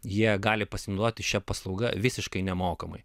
jie gali pasinaudoti šia paslauga visiškai nemokamai